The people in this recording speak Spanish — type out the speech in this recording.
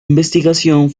investigación